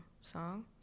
song